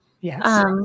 Yes